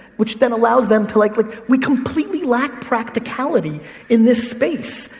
which then allows them to like, like we completely lack practicality in this space.